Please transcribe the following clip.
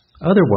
Otherwise